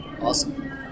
awesome